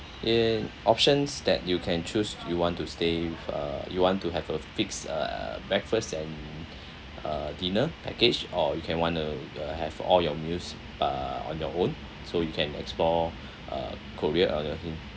in options that you can choose you want to stay with uh you want to have a fixed uh breakfast and a dinner package or you can want to to have all your meals uh on your own so you can explore uh korea or